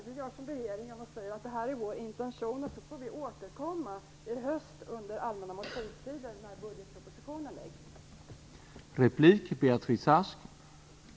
Vi gör som regeringen och säger att detta är vår intention, och sedan får vi återkomma i höst under allmänna motionstiden när budgetpropositionen läggs fram.